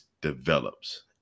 develops